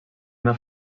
una